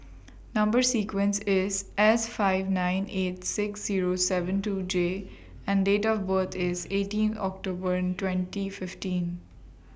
Number sequence IS S five nine eight six Zero seven two J and Date of birth IS eighteen October twenty fifteen